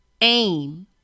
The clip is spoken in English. aim